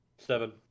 Seven